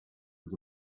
was